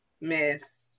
Miss